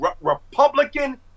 Republican